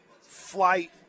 flight